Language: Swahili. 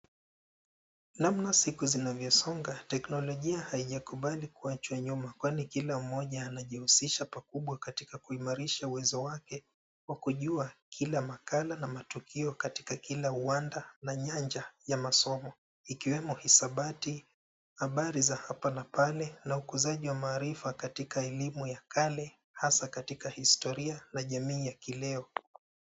Namna siku zinavyosonga, teknolojia haijakubali kuwachwa nyuma. Kwani kila mmoja anajihusisha pakubwa katika kuimarisha uwezo wake, wa kujua kila makala na matukio katika kila uwanda na nyanja ya masomo, ikiwemo hisabati, habari za hapa na pale, na ukuzaji wa maarifa katika elimu ya kale, hasa katika historia la jamii ya kileo.